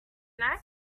that